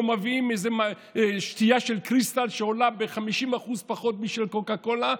מביאים איזו שתייה של קריסטל שעולה ב-50% פחות מקוקה קולה.